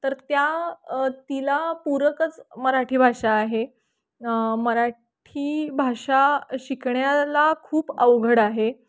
तर त्या तिला पूरकच मराठी भाषा आहे मराठी भाषा शिकण्याला खूप अवघड आहे